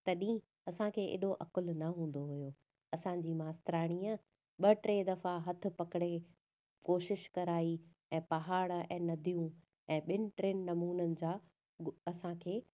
तॾहिं असांखे अहिड़ो अकुलु न हूंदो हुयो असांजी मास्तरियाणीअ ॿ टे दफ़ा हथु पकिड़े कोशिशि कराई ऐं पहाड़ ऐं नदियूं ऐं ॿिनि टिनि नमूननि जा असांखे